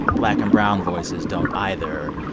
black and brown voices don't either.